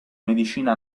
medicina